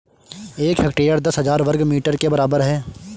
एक हेक्टेयर दस हजार वर्ग मीटर के बराबर है